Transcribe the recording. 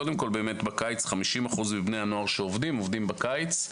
קודם כול, 50% מבני הנוער שעובדים, עובדים בקיץ.